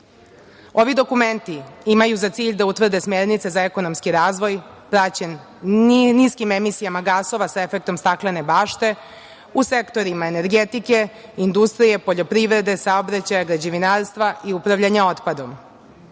Ovi dokumenti imaju za cilj da utvrde smernice za ekonomski razvoj praćen niskim emisijama gasova sa efektom staklene bašte u sektorima energetike, industrije, poljoprivrede, saobraćaja, građevinarstva i upravljanja otpadom,